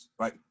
right